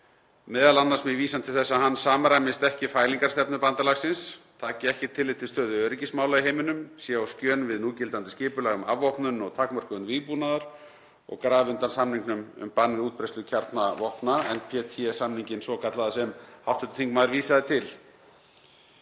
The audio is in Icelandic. m.a. með vísan til þess að hann samræmist ekki fælingarstefnu bandalagsins, taki ekki tillit til stöðu öryggismála í heiminum, sé á skjön við núgildandi skipulag um afvopnun og takmörkun vígbúnaðar og grafi undan samningnum um bann við útbreiðslu kjarnavopna, NPT-samninginn svokallaða sem hv. þingmaður vísaði til.